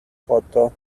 photo